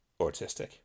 autistic